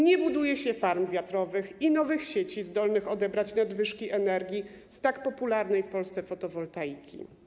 Nie buduje się farm wiatrowych i nowych sieci zdolnych odebrać nadwyżki energii z tak popularnej w Polsce fotowoltaiki.